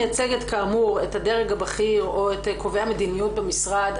-- כאמור את הדרג הבכיר או את קובעי המדיניות במשרד,